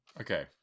Okay